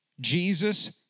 Jesus